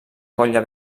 colla